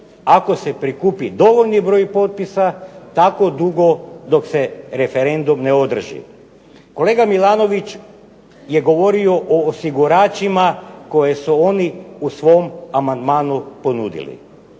ako se prikupi dovoljni broj potpisa, tako dugo dok se referendum ne održi. Kolega Milanović je govorio o osiguračima koje su oni u svom amandmanu ponudili.